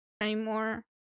anymore